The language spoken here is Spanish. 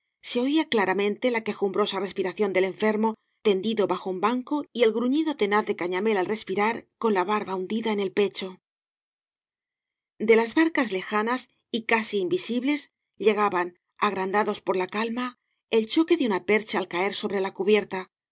se oía claramente la quejumbrosa respiración del enfermo tendido bajo un banco y el gruñido tenaz de gañamél al respirar con la barba hundida en el pecho da las barcas lejanas y casi invisibles llegaban agrandados per la calma el choque de una percha al caer sobre la cubierta el chirrido de